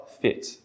fit